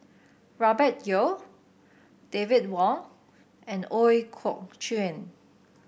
Robert Yeo David Wong and Ooi Kok Chuen